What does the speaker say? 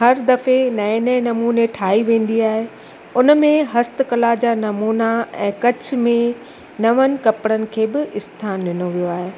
हर दफ़े नएं नएं नमूने ठाही वेंदी आहे हुन में हस्तकला जा नमूना ऐं कच्छ में नवनि कपिड़नि खे बि आस्थानु ॾिनो वियो आहे